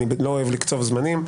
אני לא אוהב לקצוב זמנים,